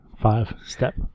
five-step